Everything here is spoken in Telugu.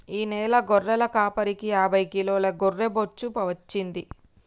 ఈ నెల గొర్రెల కాపరికి యాభై కిలోల గొర్రె బొచ్చు వచ్చింది